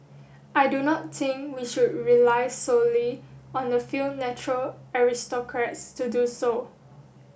I do not think we should rely solely on the few natural aristocrats to do so